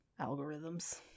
algorithms